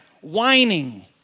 Whining